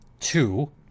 two